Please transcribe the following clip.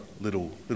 little